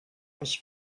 ich